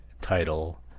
title